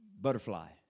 Butterfly